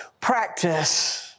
practice